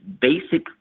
basic